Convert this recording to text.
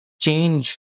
change